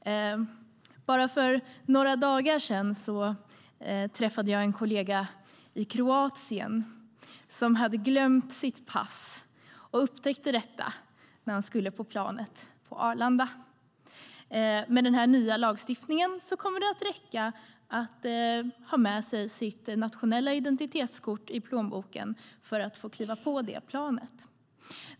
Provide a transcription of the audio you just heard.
Bara för några dagar sedan träffade jag en kollega i Kroatien. Kollegan hade glömt sitt pass och upptäckte detta när han skulle gå på planet på Arlanda. Med den nya lagstiftningen kommer det att räcka att ha med sig sitt nationella identitetskort i plånboken för att få kliva på det planet.